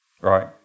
Right